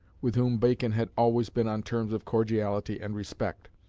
with whom bacon had always been on terms of cordiality and respect,